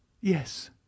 Yes